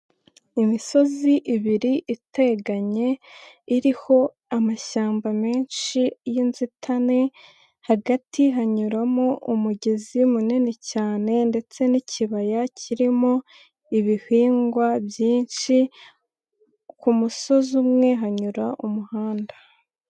Imisozi ibiri iteganye iriho amashyamba menshi y'inzitane hagati hanyuramo umugezi munini cyane ndetse n'ikibaya kirimo ibihingwa byinshi ku musozi umwe hanyura umuhanda.